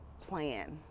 plan